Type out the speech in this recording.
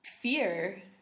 fear